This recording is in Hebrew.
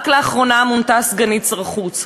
רק לאחרונה מונתה סגנית שר החוץ,